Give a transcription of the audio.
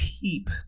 keep